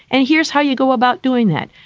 and here's how you go about doing that.